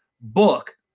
book